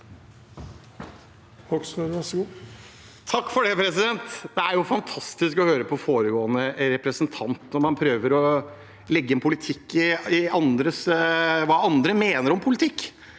Hoksrud (FrP) Det er fantastisk å høre på foregående representant når man prøver å legge en politikk i hva andre mener om politikk.